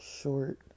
short